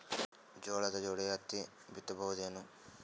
ಜೋಳದ ಜೋಡಿ ಹತ್ತಿ ಬಿತ್ತ ಬಹುದೇನು?